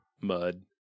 Mud